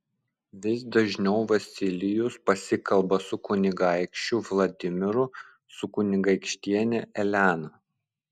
vis dažniau vasilijus pasikalba su kunigaikščiu vladimiru su kunigaikštiene elena